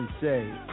Say